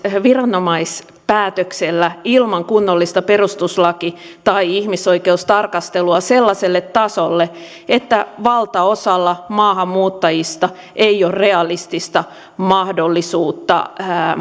viranomaispäätöksellä ilman kunnollista perustuslaki tai ihmisoikeustarkastelua sellaiselle tasolle että valtaosalla maahanmuuttajista ei ole realistista mahdollisuutta